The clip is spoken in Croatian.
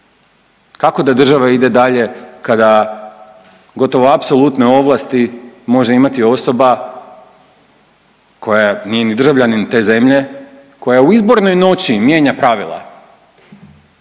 kako da država ide dalje kada gotovo apsolutne ovlasti može imati osoba koja nije ni državljanin te zemlje, koja u izbornoj noći mijenja pravila,